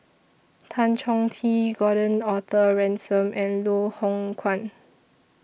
Tan Chong Tee Gordon Arthur Ransome and Loh Hoong Kwan